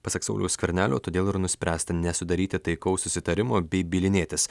pasak sauliaus skvernelio todėl ir nuspręsta nesudaryti taikaus susitarimo bei bylinėtis